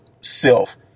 self